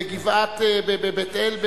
בבית-אל,